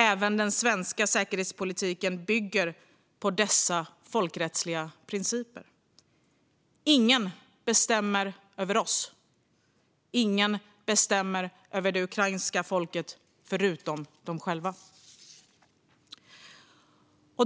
Även den svenska säkerhetspolitiken bygger på dessa folkrättsliga principer. Ingen bestämmer över oss. Ingen bestämmer över det ukrainska folket förutom de själva.